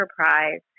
enterprise